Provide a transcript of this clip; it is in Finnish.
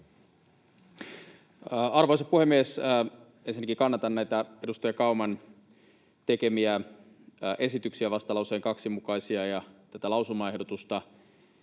Arvoisa puhemies! Ensinnäkin kannatan näitä edustaja Kauman tekemiä esityksiä: vastalauseen 2 mukaisia ja tätä lausumaehdotusta.